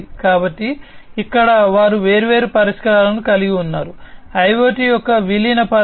కాబట్టి ఇక్కడ కూడా వారు వేర్వేరు పరిష్కారాలను కలిగి ఉన్నారు IoT యొక్క విలీనం పరంగా